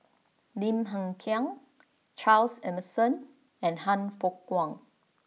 Lim Hng Kiang Charles Emmerson and Han Fook Kwang